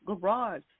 garage